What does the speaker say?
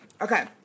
Okay